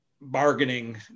bargaining